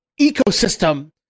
ecosystem